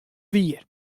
wier